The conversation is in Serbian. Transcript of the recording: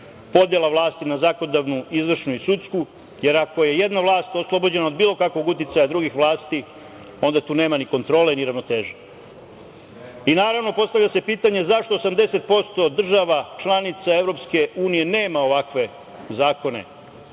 podela vlasti na zakonodavnu, izvršnu i sudsku, jer ako je jedna vlast oslobođenja od bilo kakvog uticaja drugih vlasti onda tu nema ni kontrole ni ravnoteže. Naravno, postavlja se pitanje zašto 80% država, članica EU nema ovakve zakone